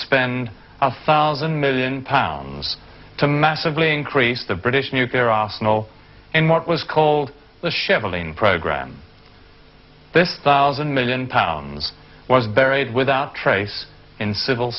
spend a thousand million pounds to massively increase the british nuclear arsenal in what was called the ship building program this thousand million pounds was buried without trace in civil